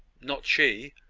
not she!